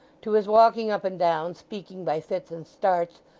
to his walking up and down, speaking by fits and starts,